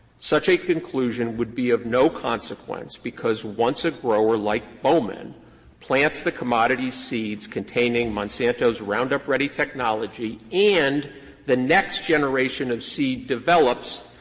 such a conclusion would be of no consequence, because once a grower like bowman plants the commodity seeds containing monsanto's roundup ready technology and the next generation of seed develops,